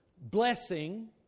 blessing